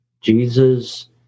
Jesus